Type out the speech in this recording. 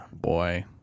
Boy